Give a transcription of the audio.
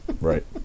Right